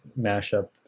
mashup